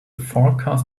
forecast